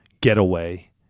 getaway